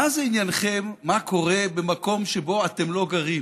מה זה עניינכם מה קורה במקום שבו אתם לא גרים?